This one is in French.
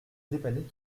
dépanner